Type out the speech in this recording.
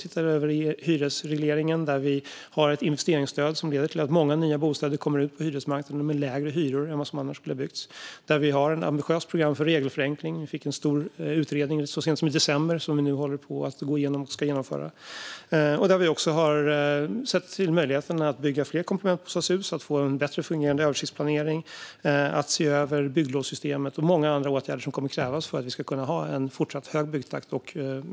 Vi gör en översyn av hyresregleringen och inför ett investeringsstöd som leder till att fler nya bostäder byggs och kommer ut på hyresmarknaden med lägre hyror än vad som annars skulle ha byggts. Vi har ett ambitiöst program för regelförenkling. Vi fick en stor utredning så sent som i december som vi nu håller på att gå igenom och ska genomföra. Vi har också gett möjlighet att bygga fler komplementsbostadshus och arbetar för att få en bättre fungerande översiktsplanering. Vi ser över bygglovssystemet och genomför många andra åtgärder som kommer att krävas för att vi ska kunna ha en fortsatt hög byggtakt.